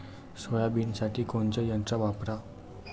सोयाबीनसाठी कोनचं यंत्र वापरा?